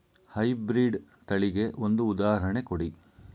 High breed ತಳಿಗೆ ಒಂದು ಉದಾಹರಣೆ ಕೊಡಿ?